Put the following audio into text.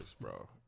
bro